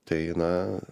tai na